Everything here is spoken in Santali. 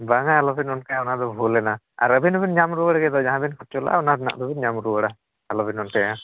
ᱵᱟᱝᱟ ᱟᱞᱚᱵᱮᱱ ᱚᱱᱠᱟᱜᱼᱟ ᱚᱱᱟᱫᱚ ᱵᱷᱩᱞᱮᱱᱟ ᱟᱨ ᱟᱹᱵᱤᱱ ᱦᱚᱸ ᱵᱤᱱ ᱧᱟᱢ ᱨᱩᱣᱟᱹᱲ ᱜᱮᱫᱚ ᱡᱟᱦᱟᱸ ᱵᱮᱱ ᱠᱷᱚᱨᱪᱚ ᱞᱟᱜᱼᱟ ᱚᱱᱟ ᱨᱮᱱᱟᱜ ᱫᱚᱵᱤᱱ ᱧᱟᱢ ᱨᱩᱣᱟᱹᱲᱟ ᱟᱞᱚᱵᱮᱱ ᱚᱱᱠᱟᱭᱟ